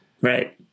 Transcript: Right